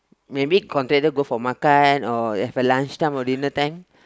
maybe contractor go for makan or that's a lunch time or dinner time